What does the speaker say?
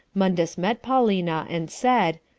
mundus met paulina, and said,